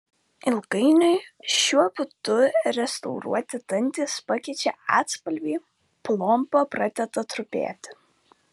ilgainiui šiuo būdu restauruoti dantys pakeičia atspalvį plomba pradeda trupėti